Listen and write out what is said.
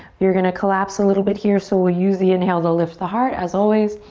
you're gonna collapse a little bit here. so we'll use the inhale to lift the heart as always.